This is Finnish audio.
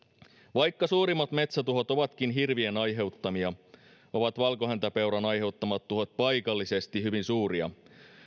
vaikka suurimmat metsätuhot ovatkin hirvien aiheuttamia ovat valkohäntäpeuran aiheuttamat tuhot paikallisesti hyvin suuria